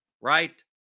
right